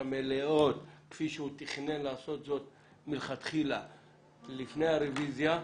המלאות כפי שהוא תכנן לעשות מלכתחילה לפני הרביזיה.